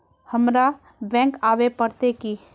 हमरा बैंक आवे पड़ते की?